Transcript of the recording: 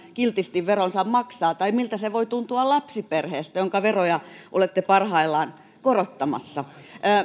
kiltisti veronsa maksaa tai miltä se voi tuntua lapsiperheestä jonka veroja olette parhaillaan korottamassa